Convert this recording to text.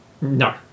No